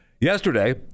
Yesterday